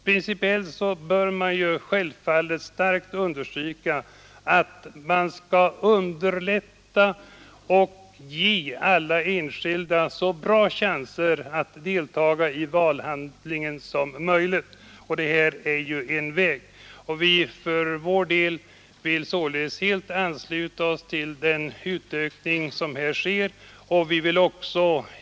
Principiellt bör självfallet starkt understrykas att alla enskilda bör ges så bra chanser som möjligt att delta i val, och detta är en väg. Vi ansluter oss således helt till den föreslagna utvidgningen.